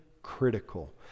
critical